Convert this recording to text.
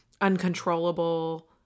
uncontrollable